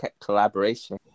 collaboration